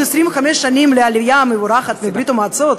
מלאות 25 שנים לעלייה המבורכת מברית-המועצות,